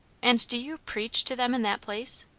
and do you preach to them in that place?